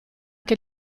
che